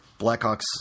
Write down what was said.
Blackhawks